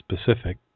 specific